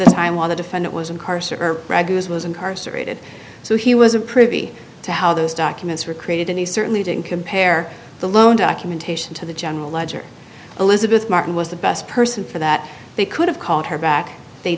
the time while the defendant was in carcer regulus was incarcerated so he wasn't privy to how those documents were created and he certainly didn't compare the loan documentation to the general ledger elizabeth martin was the best person for that would have called her back they